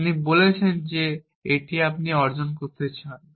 আপনি বলছেন যে এটি আপনি অর্জন করতে চান